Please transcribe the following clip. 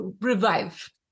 revive